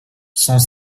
cent